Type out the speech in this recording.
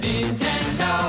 Nintendo